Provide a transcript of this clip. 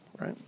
Right